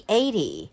eighty